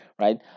right